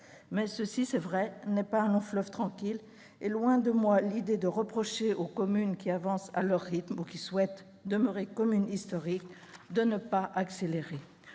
Mais il est vrai que cela n'est pas un long fleuve tranquille, et loin de moi l'idée de reprocher aux communes qui avancent à leur rythme ou qui souhaitent demeurer communes historiques de ne pas accélérer.